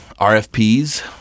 RFPs